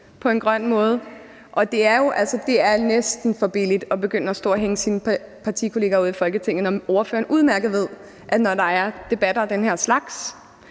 på en grøn måde. Og det er næsten for billigt at begynde at stå at hænge sine partikollegaer ud i Folketinget, når ordføreren udmærket ved, at det, når der er debatter af den her slags,